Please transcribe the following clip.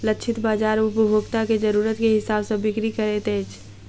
लक्षित बाजार उपभोक्ता के जरुरत के हिसाब सॅ बिक्री करैत अछि